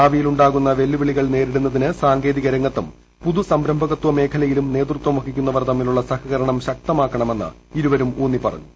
ഭാവിയിൽ ഉണ്ടാകുന്ന വെല്ലുവിളികൾ നേരിടുന്നതിന് സാങ്കേതികരംഗത്തും പുതുസംരംഭകത്വ മേഖലയിലും നേതൃത്വം വഹിക്കുന്നവർ തമ്മിലുളള സഹകരണം ശക്തമാക്കണമെന്ന് ഇരുവരും ഊന്നിപ്പറഞ്ഞു